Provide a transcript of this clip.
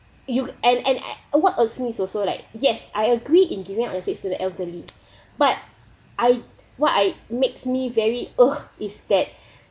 you and and uh what irks me also like yes I agree in giving up seats to the elderly but I what I makes me very ugh is that